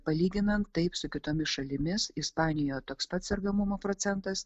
palyginant taip su kitomis šalimis ispanijoje toks pat sergamumo procentas